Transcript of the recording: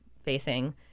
facing